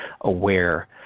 aware